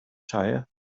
tire